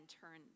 turn